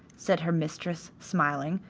said her mistress smiling,